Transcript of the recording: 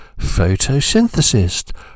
photosynthesis